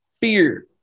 fear